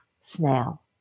snail